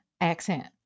accent